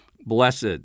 blessed